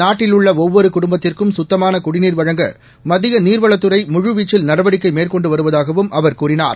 நாட்டில் உள்ள ஒவ்வொரு குடும்பத்திற்கும் கத்தமான குடிநீர் வழங்க மத்திய நீர்வளத்துறை முழுவீச்சில் நடவடிக்கை மேற்கொண்டு வருவதாகவும் அவர் கூறினார்